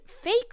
fake